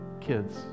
kids